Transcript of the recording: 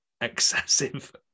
excessive